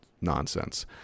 nonsense